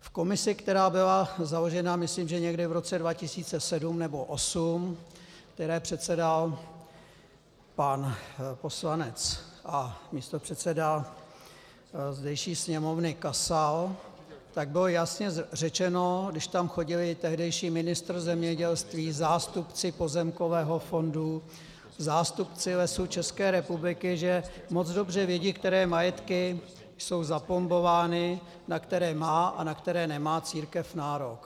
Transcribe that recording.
V komisi, která byla založena, myslím, že někdy v roce 2007 nebo 2008, které předsedal pan poslanec a místopředseda zdejší Sněmovny Kasal, bylo jasně řečeno, když tam chodili tehdejší ministr zemědělství, zástupci Pozemkového fondu, zástupci Lesů České republiky, že moc dobře vědí, které majetky jsou zaplombovány, na které má a na které nemá církev nárok.